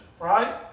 Right